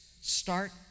start